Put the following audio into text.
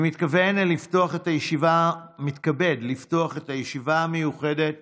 אני מתכבד לפתוח את הישיבה המיוחדת